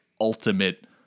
ultimate